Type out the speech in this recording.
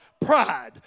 pride